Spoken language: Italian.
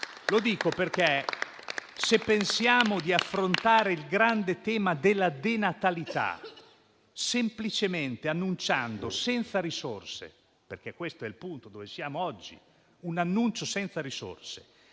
Lo dico perché, se pensiamo di affrontare il grande tema della denatalità semplicemente annunciando, senza risorse (perché questo è il punto a cui siamo oggi), una riduzione delle tasse